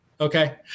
Okay